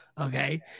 Okay